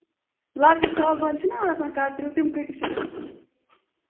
لۄکٕٹۍ تھال بانہٕ چھِناہ آسان کَتریو تِم کۭتِس چھِ گژھان